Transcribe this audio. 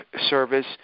service